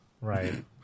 Right